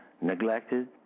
Neglected